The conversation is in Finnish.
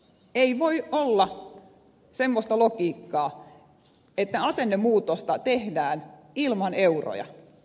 ei voi olla semmoista logiikkaa että asennemuutosta tehdään ilman euroja